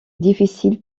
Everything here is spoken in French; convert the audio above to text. difficile